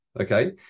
Okay